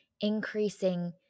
increasing